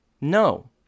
no